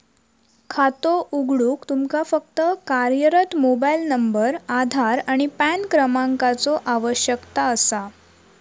खातो उघडूक तुमका फक्त कार्यरत मोबाइल नंबर, आधार आणि पॅन क्रमांकाचो आवश्यकता असा